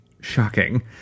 shocking